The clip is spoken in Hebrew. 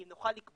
אם נוכל לקבוע,